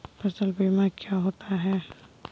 फसल बीमा क्या होता है?